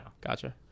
gotcha